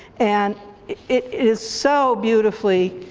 and it is so beautifully